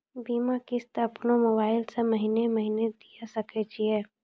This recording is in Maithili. बीमा किस्त अपनो मोबाइल से महीने महीने दिए सकय छियै?